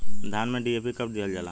धान में डी.ए.पी कब दिहल जाला?